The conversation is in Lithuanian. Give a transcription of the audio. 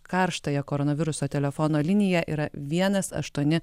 karštąją koronaviruso telefono liniją yra vienas aštuoni